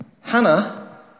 Hannah